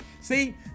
See